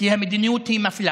כי המדיניות היא מפלה